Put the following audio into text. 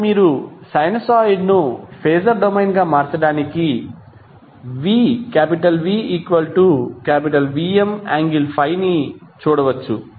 కాబట్టి మీరు సైనూసోయిడ్ ను ఫేజర్ డొమైన్గా మార్చడానికి VVm∠∅ ని చూడవచ్చు